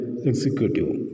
Executive